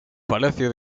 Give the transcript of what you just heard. palacio